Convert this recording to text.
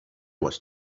was